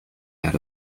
had